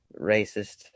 racist